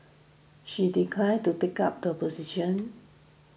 she declined to take up the position